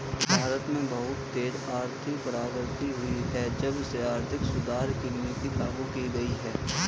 भारत में बहुत तेज आर्थिक प्रगति हुई है जब से आर्थिक सुधार की नीति लागू की गयी है